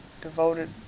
Devoted